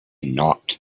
not